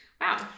Wow